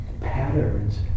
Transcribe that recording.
patterns